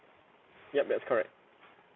yup that's correct